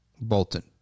Bolton